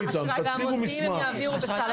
הגופים המוסדיים לא מעבירים מידע, רק אני מזכיר.